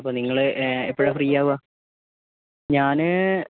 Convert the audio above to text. അപ്പോൾ നിങ്ങൾ എ എപ്പോഴാണ് ഫ്രീ ആവുക ഞാൻ